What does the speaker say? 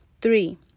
Three